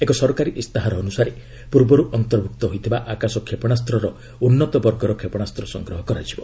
ଏକ ସରକାରୀ ଇସ୍ତାହାର ଅନୁସାରେ ପୂର୍ବରୁ ଅନ୍ତର୍ଭୁକ୍ତ ହୋଇଥିବା ଆକାଶ କ୍ଷେପଣାସ୍ତର ଉନ୍ନତ ବର୍ଗର କ୍ଷେପଣାସ୍ତ ସଂଗ୍ରହ କରାଯିବ